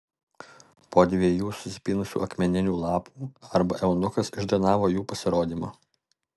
po dviejų susipynusių akmeninių lapų arka eunuchas išdainavo jų pasirodymą